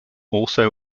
also